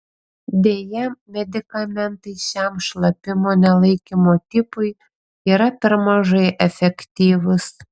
deja medikamentai šiam šlapimo nelaikymo tipui yra per mažai efektyvūs